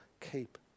keep